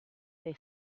they